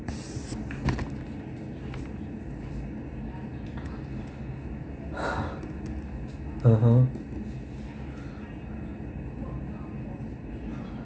mmhmm